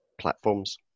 platforms